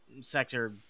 sector